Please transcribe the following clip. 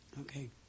Okay